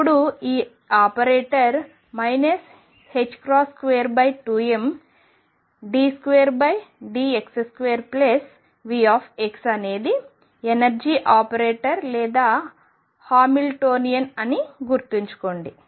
ఇప్పుడు ఈ operator 22md2dx2Vx అనేది ఎనర్జీ ఆపరేటర్ లేదా హామిల్టోనియన్ అని గుర్తుంచుకోండి